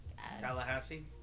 Tallahassee